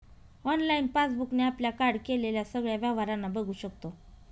online passbook ने आपल्या card केलेल्या सगळ्या व्यवहारांना बघू शकतो